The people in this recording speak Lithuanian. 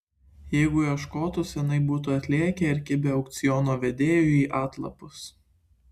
jeigu ieškotų seniai būtų atlėkę ir kibę aukciono vedėjui į atlapus